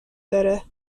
داره